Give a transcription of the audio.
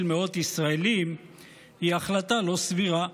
מאות ישראלים היא החלטה לא סבירה,